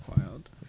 wild